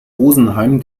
rosenheim